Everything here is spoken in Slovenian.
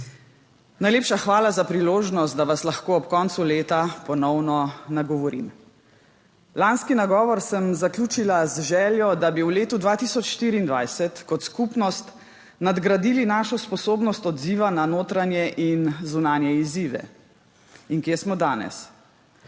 Najlepša hvala za priložnost, da vas lahko ob koncu leta ponovno nagovorim. Lanski nagovor sem zaključila z željo, da bi v letu 2024 kot skupnost nadgradili našo sposobnost odziva na notranje in zunanje izzive. In kje smo danes?